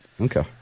Okay